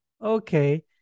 Okay